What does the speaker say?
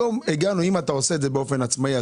היום אם אתה עושה את זה באופן עצמאי,